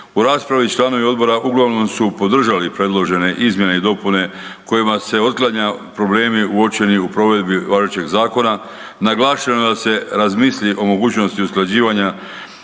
U raspravi članovi odbora uglavnom su podržali predložene izmjene i dopune kojima se otklanjaju problemi uočeni u provedbi odgovarajućeg zakona, naglašeno je da se razmisli o mogućnosti usklađivanja